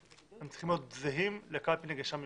הם צריכים להיות זהים לקלפי נגישה מיוחדת,